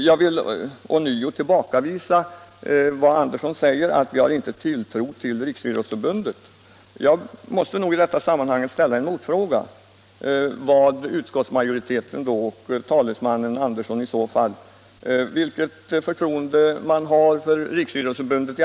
Jag vill ånyo tillbakavisa vad herr Andersson sagt om att vi inte har tilltro till Riksidrottsförbundet, och jag måste ställa en motfråga om utskottsmajoritetens förtroende för Riksidrottsförbundet.